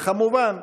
וכמובן,